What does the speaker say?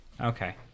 Okay